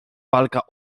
walka